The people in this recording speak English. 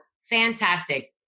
Fantastic